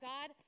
God